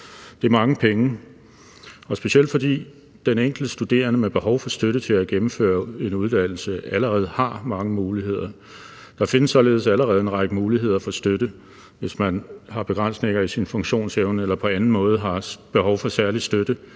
Det er mange penge, specielt fordi den enkelte studerende med behov for støtte til at gennemføre en uddannelse allerede har mange muligheder. Der findes således allerede en række muligheder for støtte, hvis man har begrænsninger i sin funktionsevne eller på anden måde har behov for særlig støtte